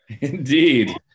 Indeed